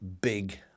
big